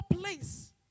place